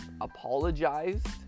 apologized